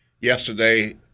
yesterday